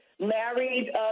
married